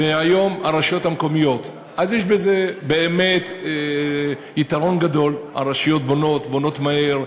ויש בזה יתרון גדול: הרשויות המקומיות בונות מהר,